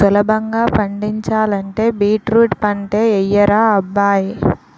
సులభంగా పండించాలంటే బీట్రూట్ పంటే యెయ్యరా అబ్బాయ్